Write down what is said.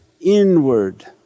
inward